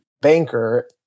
banker